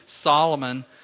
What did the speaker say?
Solomon